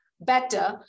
better